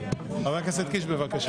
חבר הכנסת קיש, בבקשה.